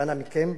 ואנא מכם,